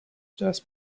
just